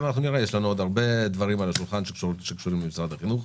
יש לנו עוד הרבה דברים על השולחן שקשורים למשרד החינוך.